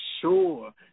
sure